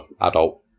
adult